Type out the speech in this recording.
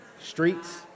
streets